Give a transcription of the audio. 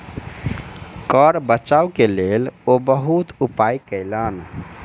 कर बचाव के लेल ओ बहुत उपाय कयलैन